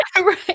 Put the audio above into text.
Right